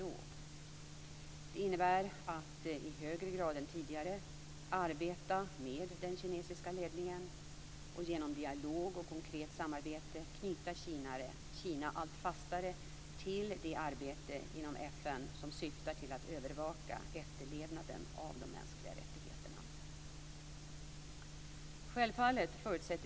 Det innebär att i högre grad än tidigare arbeta med den kinesiska ledningen och genom dialog och konkret samarbete knyta Kina allt fastare till det arbete inom FN som syftar till att övervaka efterlevnaden av de mänskliga rättigheterna.